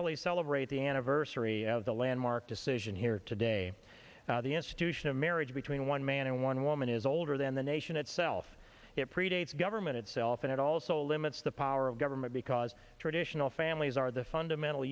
lly celebrate the anniversary of the landmark decision here today the institution of marriage between one man and one woman is older than the nation itself it predates government itself and it also limits the power of government because traditional families are the fundamental